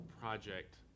project